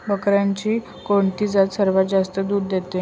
बकऱ्यांची कोणती जात सर्वात जास्त दूध देते?